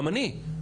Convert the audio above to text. גם אני.